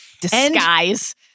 Disguise